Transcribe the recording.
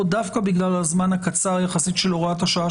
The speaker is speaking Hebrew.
דווקא בגלל הזמן הקצר יחסית של הוראת השעה,